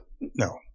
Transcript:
No